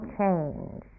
change